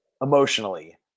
emotionally